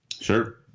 Sure